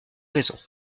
raisons